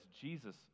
Jesus